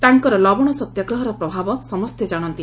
ତାଙ୍କର ଲବଣ ସତ୍ୟାଗ୍ରହର ପ୍ରଭାବ ସମସ୍ତେ ଜାଣନ୍ତି